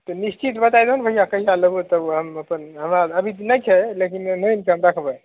तऽ निश्चित बताय दह हम अपन हमरा अभी नहि छै लेकिन आनिके हम रखबै